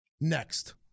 next